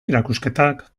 erakusketak